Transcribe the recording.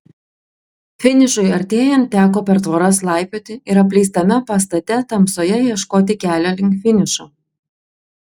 finišui artėjant teko per tvoras laipioti ir apleistame pastate tamsoje ieškoti kelio link finišo